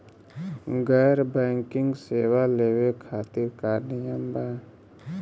गैर बैंकिंग सेवा लेवे खातिर का नियम बा?